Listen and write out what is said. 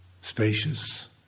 spacious